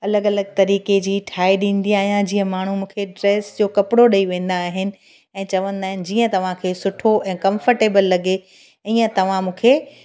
अलॻि अलॻि तरीक़े जी ठाहे ॾींदी आहियां जीअं माण्हू मूंखे ड्रेस जो कपिड़ो ॾेई वेंदा आहिनि ऐं चवंदा आहिनि जीअं तव्हांखे सुठो ऐं कंफर्टेबल लॻे ईअं तव्हां मूंखे